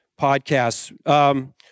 podcasts